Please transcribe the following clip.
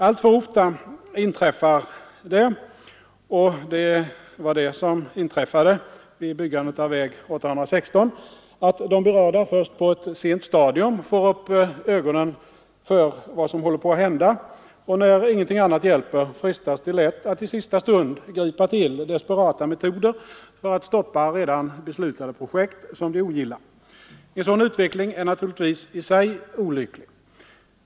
Alltför ofta inträffar det — och det var det som skedde vid byggandet av väg nr 816 — att de berörda först på ett sent stadium får upp ögonen för vad som håller på att hända, och när ingenting annat hjälper frestas de lätt att i sista stund gripa till desperata metoder för att stoppa redan beslutade projekt, som de ogillar. En sådan utveckling är naturligtvis i sig olycklig.